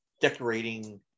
decorating